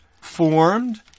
formed